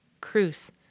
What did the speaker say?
Cruz